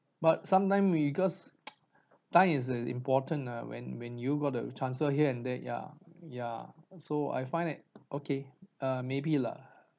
but sometime because time is uh important nah when when you got to transfer here and there ya ya so I find it okay err maybe lah